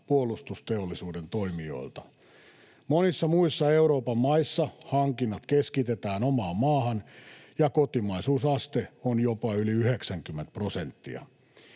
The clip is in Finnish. puolustusteollisuuden toimijoilta. Monissa muissa Euroopan maissa hankinnat keskitetään omaan maahan ja kotimaisuusaste on jopa yli 90 prosenttia.